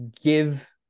give